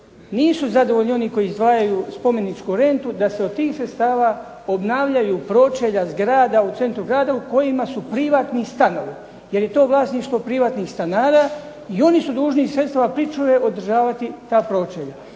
nisu zadovoljni oni koji izdvajaju spomeničku rentu da se od tih sredstava obnavljaju pročelja zgrada u centru grada u kojima su privatni stanovi, jer je to vlasništvo privatnih stanara i oni su dužni iz sredstava pričuve održavati ta pročelja.